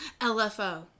lfo